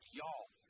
Y'all